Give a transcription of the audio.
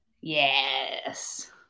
Yes